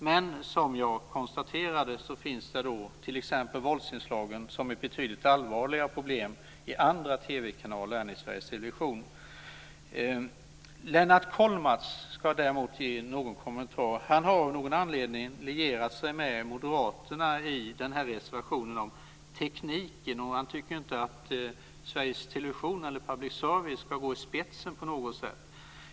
Men som jag konstaterade finns det t.ex. våldsinslag, som är betydligt allvarligare problem i andra Lennart Kollmats ska få göra en kommentar. Han har av någon anledning lierat sig med moderaterna i reservationen om tekniken. Han tycker inte att Sveriges Television eller public service ska gå i spetsen på något sätt.